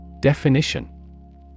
Definition